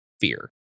fear